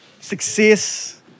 success